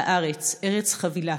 // והארץ ארץ חבילה: